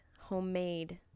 homemade